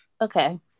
okay